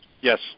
Yes